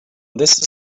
this